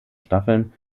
staffeln